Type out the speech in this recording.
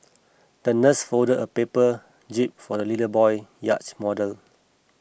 the nurse folded a paper jib for the little boy yacht model